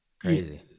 Crazy